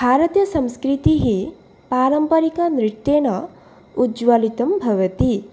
भारतीयसंस्कृतिः पारम्परिकनृत्तेण उज्वलितं भवति